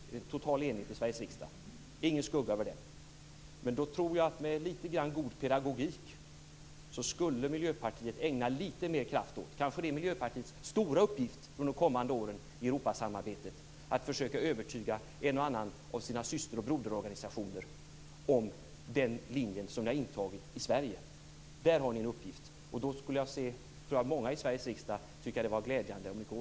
Det är en total enighet i Sveriges riksdag. Ingen skugga över det. Men jag tror att Miljöpartiet med litet god pedagogik skulle kunna ägna litet mer kraft åt vad som kanske är dess stora uppgift under de kommande åren i Europasamarbetet, nämligen att försöka övertyga en och annan av sina syster och broderorganisationer om den linje som ni har intagit i Sverige. Där har ni en uppgift. Om ni kunde åstadkomma någonting där tror jag att många i Sveriges riksdag skulle tycka att det var glädjande.